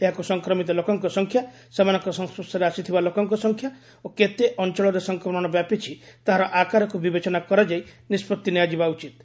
ଏହାକୁ ସଂକ୍ରମିତ ଲୋକଙ୍କ ସଂଖ୍ୟା ସେମାନଙ୍କ ସଂସ୍ୱର୍ଶରେ ଆସିଥିବା ଲୋକଙ୍କ ସଂଖ୍ୟା ଓ କେତେ ଅଞ୍ଚଳରେ ସଂକ୍ରମଣ ବ୍ୟାପିଛି ତାହାର ଆକାରକୁ ବିବେଚନା କରାଯାଇ ନିଷ୍କଭି ନିଆଯିବା ଉଚିତ୍